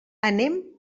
anem